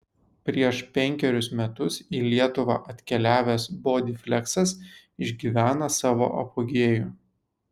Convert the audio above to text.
prieš penkerius metus į lietuvą atkeliavęs bodyfleksas išgyvena savo apogėjų